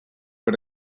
per